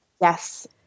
yes